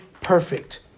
perfect